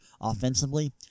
offensively